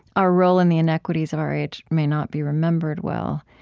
our role in the inequities of our age may not be remembered well.